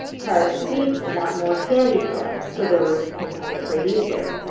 carrots and beets want more sandy soil so their roots can penetrate easier.